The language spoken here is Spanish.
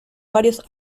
varios